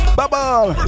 bubble